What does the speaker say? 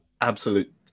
absolute